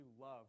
love